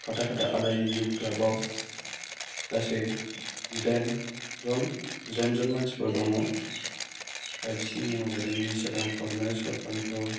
फाथाखाथा आलारि युथ ख्लाबाव गासै जिदाइनजोन मानसिफोर दङ दा बिसोरनि मुङा जादों मिनिसोरां खरमे सरकान्थ'